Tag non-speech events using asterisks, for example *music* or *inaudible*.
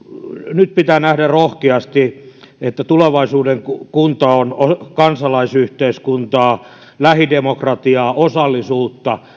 nyt pitää nähdä rohkeasti että tulevaisuuden kunta on on kansalaisyhteiskuntaa lähidemokratiaa osallisuutta *unintelligible*